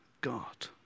God